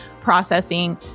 processing